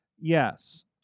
Yes